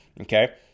okay